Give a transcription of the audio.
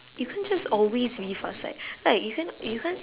you can't just always be fast like like you cannot you can't